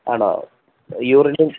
ആണോ യൂറിനും